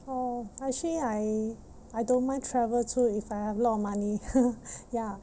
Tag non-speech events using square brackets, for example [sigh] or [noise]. oh actually I I don't mind travel too if I have a lot of money [laughs] ya